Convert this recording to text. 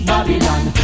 Babylon